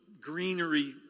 greenery